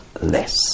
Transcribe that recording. less